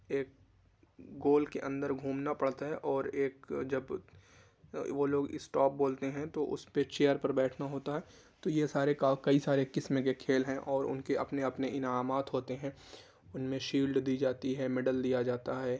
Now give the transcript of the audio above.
ایک گول کے اندر گھومنا پڑتا ہے اور ایک جب وہ لوگ اسٹاپ بولتے ہیں تو اس پہ چیئر پر بیٹھنا ہوتا ہے تو یہ سارے کئی سارے قسم کے کھیل ہیں اور ان کے اپنے اپنے انعامات ہوتے ہیں ان میں شیلڈ دی جاتی ہے میڈل دیا جاتا ہے